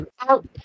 out